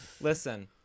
listen